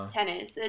Tennis